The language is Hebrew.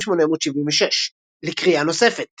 1876. לקריאה נוספת